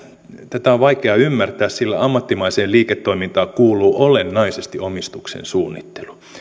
tätä on vaikea ymmärtää sillä ammattimaiseen liiketoimintaan kuuluu olennaisesti omistuksen suunnittelu